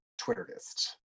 Twitterist